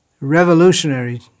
revolutionary